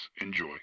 Enjoy